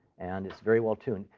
and it's very well-tuned.